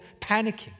panicking